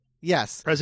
Yes